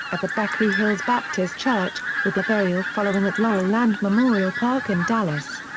at the beckley hills baptist church, with the burial following at laurel land memorial park in dallas.